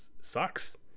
sucks